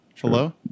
Hello